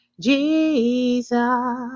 Jesus